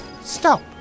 Stop